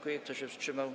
Kto się wstrzymał?